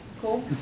Cool